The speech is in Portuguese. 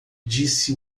disse